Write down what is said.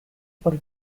por